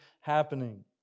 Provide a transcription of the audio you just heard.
happening